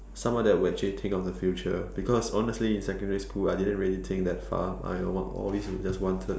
someone that will actually think of the future because honestly in secondary school I didn't really think that far I uh always just wanted